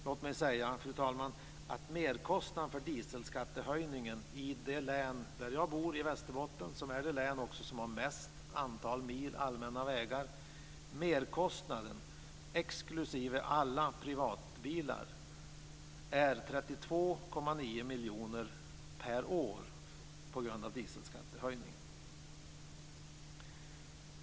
Låt mig säga, fru talman, att merkostnaden för dieselskattehöjningen i det län där jag bor, Västerbotten - som är det län som har störst antal mil allmänna vägar - exklusive alla privatbilar är 32,9 miljoner per år. Fru talman!